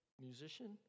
musician